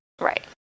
Right